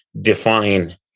define